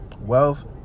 wealth